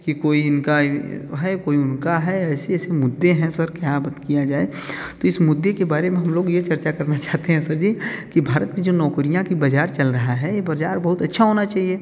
कि कोई इनका है कोई उनका है ऐसी ऐसी मुद्दे हैं सर क्या बत किया जाए तो इस मुद्दे के बारे में हम लोग ये चर्चा करना चाहते हैं सर जी कि भारत की जो नौकरियाँ का बज़ार चल रहा है ये बज़ार बहुत अच्छा होना चाहिए